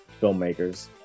filmmakers